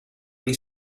dei